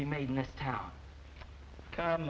be made in this town